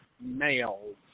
males